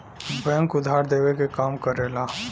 bank उधार देवे क काम करला